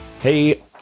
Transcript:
Hey